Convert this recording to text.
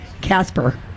Casper